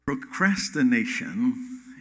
Procrastination